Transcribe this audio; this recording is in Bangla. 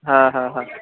হ্যাঁ হ্যাঁ হ্যাঁ